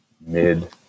mid